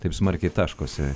taip smarkiai taškosi